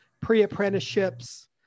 pre-apprenticeships